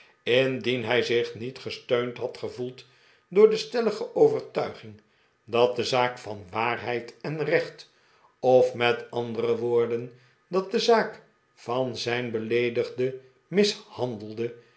indien hij zich niet gesteund had ge voeld door de stellige overtuiging dat de zaak van waarheid en recht of met andere woorden dat de zaak van zijn beleedigde mishandelde